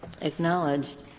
acknowledged